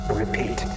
repeat